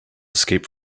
escaped